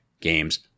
games